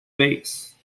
base